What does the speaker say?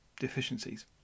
deficiencies